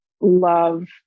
love